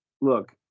Look